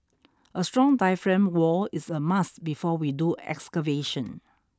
a strong diaphragm wall is a must before we do excavation